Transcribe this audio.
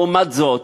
לעומת זאת,